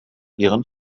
ihren